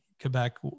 Quebec